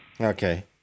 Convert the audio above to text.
Okay